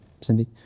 Cindy